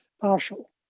partial